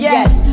Yes